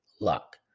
luck